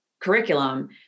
curriculum